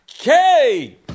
Okay